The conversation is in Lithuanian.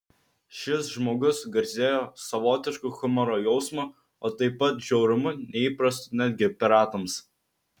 šis žmogus garsėjo savotišku humoro jausmu o taip pat žiaurumu neįprastu netgi piratams